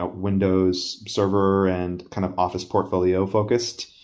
ah windows server and kind of office portfolio focused,